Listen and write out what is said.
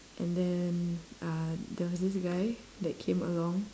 and then uh there was this guy that came along